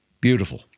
beautiful